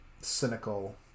cynical